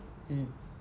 mm